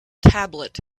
tablet